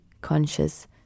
conscious